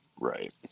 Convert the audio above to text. right